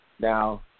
Now